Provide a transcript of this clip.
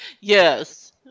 Yes